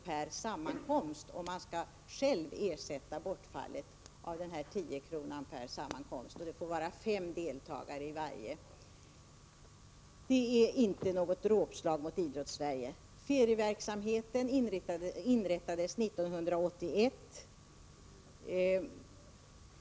per sammankomst, om man själv skall ersätta bortfallet av de här 10 kronorna per sammankomst. Det får vara fem deltagare i varje samman komst. Detta är inte något dråpslag mot Idrottssverige. Ferieverksamheten inrättades 1981.